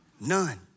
None